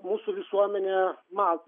mūsų visuomenė man